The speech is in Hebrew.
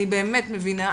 אני באמת מבינה,